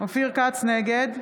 נגד